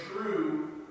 true